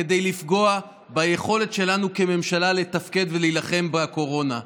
כדי לפגוע ביכולת שלנו כממשלה לתפקד ולהילחם בקורונה.